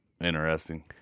Interesting